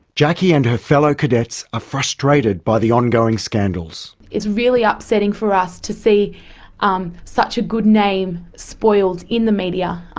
jackie and her fellow cadets are ah frustrated by the ongoing scandals. it's really upsetting for us to see um such a good name spoiled in the media.